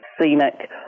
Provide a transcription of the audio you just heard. scenic